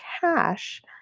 cash